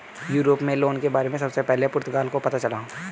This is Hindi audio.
यूरोप में लोन के बारे में सबसे पहले पुर्तगाल को पता चला